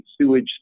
sewage